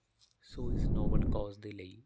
ਸੋ ਇਸ noble cause ਦੇ ਲਈ